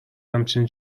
همچین